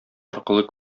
аркылы